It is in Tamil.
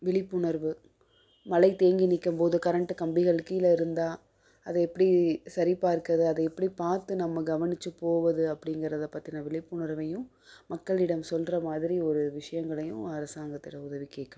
விழிப்புணர்வு மழை தேங்கி நிற்கம்போது கரண்ட்டு கம்பிகள் கீழ இருந்தால் அதை எப்படி சரி பார்க்கறது அதை எப்படி பார்த்து நம்ம கவனிச்சு போவது அப்படிங்கறத பற்றின விழிப்புணர்வையும் மக்களிடம் சொல்லுற மாதிரி ஒரு விஷயங்களையும் அரசாங்கத்திடம் உதவி கேட்கணும்